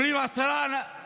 אומרים: פענחנו עשרה מקרים,